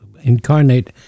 incarnate